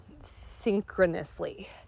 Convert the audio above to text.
synchronously